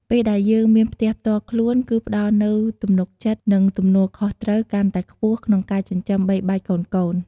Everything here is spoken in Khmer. ពេលដែលយើងមានផ្ទះផ្ទាល់ខ្លួនគីផ្ដល់នូវទំនុកចិត្ត និងទំនួលខុសត្រូវកាន់តែខ្ពស់ក្នុងការចិញ្ចឹមបីបាច់កូនៗ។